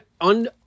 on